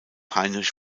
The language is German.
heinrich